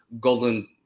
golden